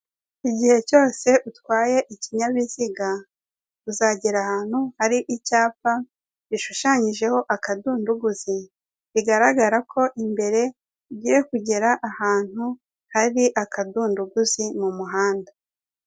Igihe cyose utwaye ikinyabiziga uzagera ahantu hari icyapa gishushanyijeho akadunduguzi, bigaragara ko imbere ugiye kugera hari akadunduguzi mu muhanda.